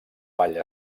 vall